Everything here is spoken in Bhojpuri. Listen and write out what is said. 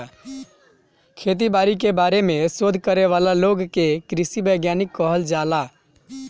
खेती बारी के बारे में शोध करे वाला लोग के कृषि वैज्ञानिक कहल जाला